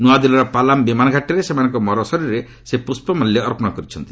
ନୂଆଦିଲ୍ଲୀର ପାଲମ୍ ବିମାନଘାଟିଠାରେ ସେମାନଙ୍କ ମରଶରୀରରେ ସେ ପୁଷ୍ପମାଲ୍ୟ ଅର୍ପଣ କରିଛନ୍ତି